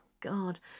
God